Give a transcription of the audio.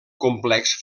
complex